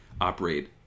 operate